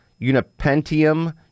Unipentium